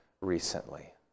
recently